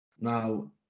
now